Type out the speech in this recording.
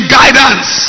guidance